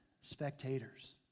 spectators